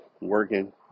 working